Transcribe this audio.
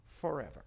forever